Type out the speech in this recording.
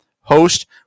host